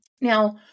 Now